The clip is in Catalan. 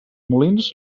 molins